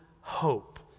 hope